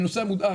אני נוסע מודאג.